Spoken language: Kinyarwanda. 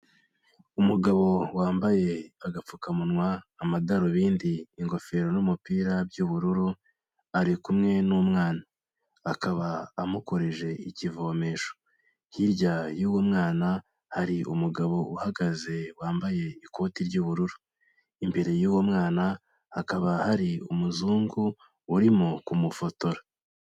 Umugabo wambaye agapfukamunwa, amadarubindi, ingofero n'umupira by'ubururu ari kumwe n'umwana, akaba amukoreje ikivomesho hirya y'uwo mwana hari umugabo uhagaze wambaye ikoti ry'ubururu, imbere y'uwo mwana hakaba hari umuzungu urimo kumufotora.